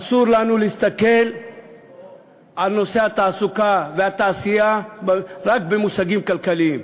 אסור לנו להסתכל על נושא התעסוקה והתעשייה רק במושגים כלכליים.